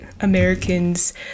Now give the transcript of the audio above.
Americans